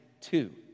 two